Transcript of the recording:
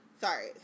Sorry